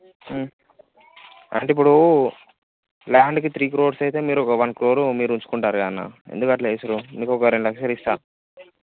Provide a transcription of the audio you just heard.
అంటే ఇప్పుడు ల్యాండ్కి త్రీ క్రోర్స్ అయితే మీరు ఒక వన్ క్రోర్ మీరు ఉంచుకుంటారుగా అన్న ఎందుకట్లా చేసిర్రు మీకు ఒక రెండు లక్షలు ఇస్తాను